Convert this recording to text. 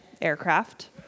aircraft